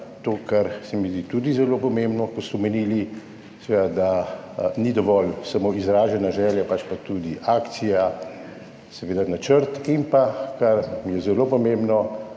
to, kar se mi zdi tudi zelo pomembno, ko ste omenili, da ni dovolj samo izražena želja, pač pa tudi akcija, načrt in pa, kar je zelo pomembno,